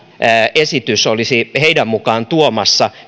esitys olisi heidän mukaan tuomassa